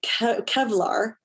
Kevlar